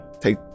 Take